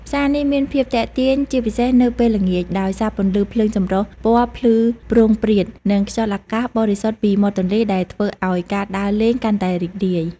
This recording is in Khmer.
ផ្សារនេះមានភាពទាក់ទាញជាពិសេសនៅពេលល្ងាច ដោយសារពន្លឺភ្លើងចម្រុះពណ៌ភ្លឺព្រោងព្រាត និងខ្យល់អាកាសបរិសុទ្ធពីមាត់ទន្លេ ដែលធ្វើឱ្យការដើរលេងកាន់តែរីករាយ។